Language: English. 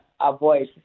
avoid